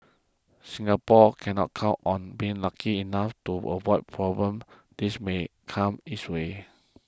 Singapore cannot count on being lucky enough to avoid problems that may come its way